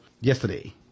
yesterday